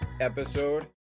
episode